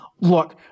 Look